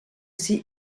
see